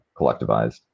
collectivized